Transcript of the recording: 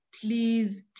please